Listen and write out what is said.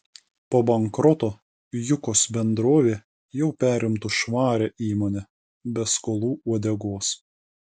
po bankroto jukos bendrovė jau perimtų švarią įmonę be skolų uodegos